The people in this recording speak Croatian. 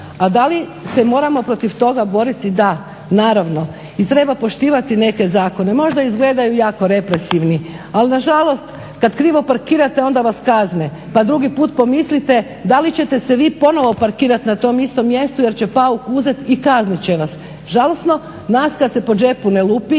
A da li se moramo protiv toga boriti? Da, naravno i treba poštivati neke zakone. Možda izgledaju jako represivni, ali nažalost kad krivo parkirate onda vas kazne, pa drugi put pomislite da li ćete se vi ponovno parkirati na tom istom mjestu, jer će pauk uzet i kaznit će vas. Žalosno, nas kad se po džepu ne lupi,